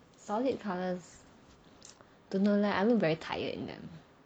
solid colours don't know leh I look very tired in them